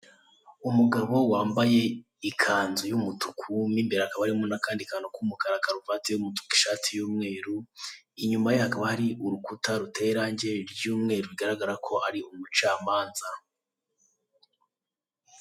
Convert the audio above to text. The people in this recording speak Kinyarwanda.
Umugabo wambaye ikanzu y'umutuku, mu imbere hakaba harimo n'akandi k'umukara karuvate y'umutuku, ishati y'umweru. Inyuma ye hakaba hari urukuta ruteye iragi ry'umweru, bigaragarako Ari umucamanza.